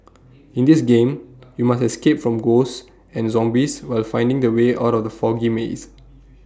in this game you must escape from ghosts and zombies while finding the way out of the foggy maze